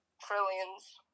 trillions